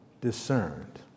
discerned